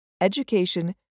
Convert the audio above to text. education